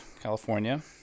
California